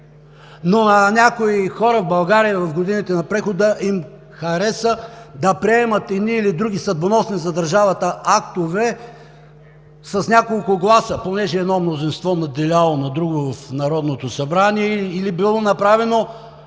на някои хора в България им хареса да приемат едни или други съдбоносни за държавата актове с няколко гласа – понеже едно мнозинство надделяло над друго в Народното събрание, или било направено